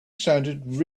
sounded